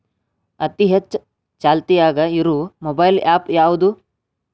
ಅತಿ ಹೆಚ್ಚ ಚಾಲ್ತಿಯಾಗ ಇರು ಮೊಬೈಲ್ ಆ್ಯಪ್ ಯಾವುದು?